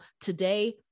today